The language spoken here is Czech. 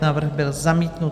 Návrh byl zamítnut.